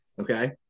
okay